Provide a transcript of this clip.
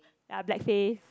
ya black face